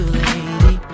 lady